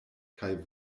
kaj